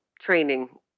training